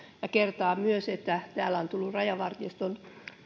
ja kertaan myös että täällä on tullut rajavartioston